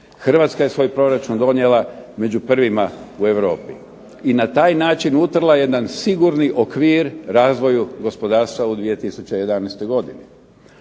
Hrvatska je svoj proračun donijela među prvima u Europi. I na taj način utrla siguran okvir razvoju gospodarstva u 2011. godini.